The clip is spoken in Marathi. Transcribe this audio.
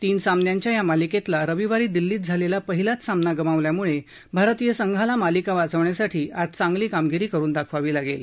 तीन सामन्यांच्या या मालिकेतला रविवारी दिल्लीत झालेला पहिलाच सामना गमावल्याम्ळे भारतीय संघाला मालिका वाचवण्यासाठी आज चांगली कामगिरी करुन दाखवावी लागेल